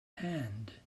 hand